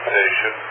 station